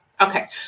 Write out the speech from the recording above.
Okay